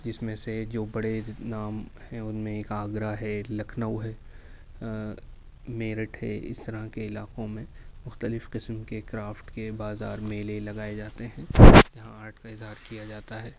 جس میں سے جو بڑے نام ہیں ان میں ایک آگرہ ہے ایک لکھنؤ ہے میرٹھ ہے اس طرح کے علاقوں میں مختلف قسم کے کرافٹ کے بازار میلے لگائے جاتے ہیں جہاں آرٹ کا اظہار کیا جاتا ہے